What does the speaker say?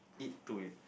eat to